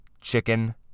chicken